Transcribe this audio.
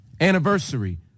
anniversary